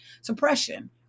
suppression